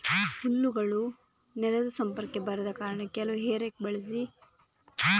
ಹಲ್ಲುಗಳು ನೆಲದ ಸಂಪರ್ಕಕ್ಕೆ ಬರದ ಕಾರಣ ಕೆಲವು ಹೇ ರೇಕ್ ಬಳಸಿ ಹುಲ್ಲನ್ನ ಸುಲಭವಾಗಿ ತೆಗೀಬಹುದು